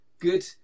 good